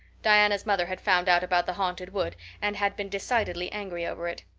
diana's mother had found out about the haunted wood and had been decidedly angry over it.